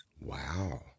Wow